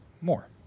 more